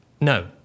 No